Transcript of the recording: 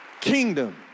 kingdom